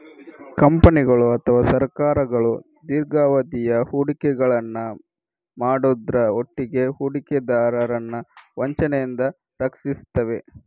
ಕಂಪನಿಗಳು ಅಥವಾ ಸರ್ಕಾರಗಳು ದೀರ್ಘಾವಧಿಯ ಹೂಡಿಕೆಗಳನ್ನ ಮಾಡುದ್ರ ಒಟ್ಟಿಗೆ ಹೂಡಿಕೆದಾರರನ್ನ ವಂಚನೆಯಿಂದ ರಕ್ಷಿಸ್ತವೆ